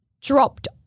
dropped